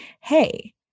hey